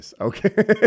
Okay